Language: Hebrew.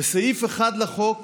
וסעיף אחד לחוק,